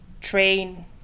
train